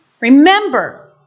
Remember